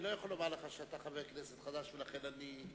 אני לא יכול לומר לך שאתה חבר כנסת חדש ולכן אני,